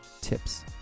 Tips